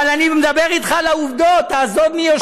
אבל אני מדבר אתך על העובדות, תעזוב מי יושב.